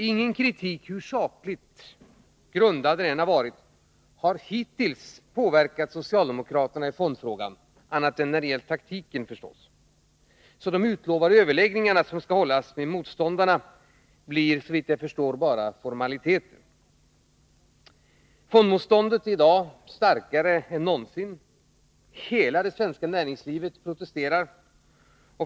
Ingen kritik, hur sakligt grundad den än varit, har hittills påverkat socialdemokraterna i fondfrågan — annat än när det gällt taktiken förstås. De utlovade överläggningarna med motståndarna blir, såvitt jag förstår, bara formaliteter. Fondmotståndet är i dag starkare än någonsin. Hela det svenska näringslivet protesterar.